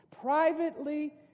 Privately